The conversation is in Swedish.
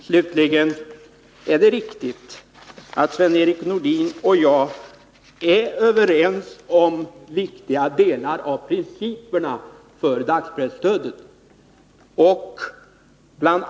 Slutligen är det riktigt att Sven-Erik Nordin och jag är överens om viktiga delar av principerna för dagspresstödet. BI.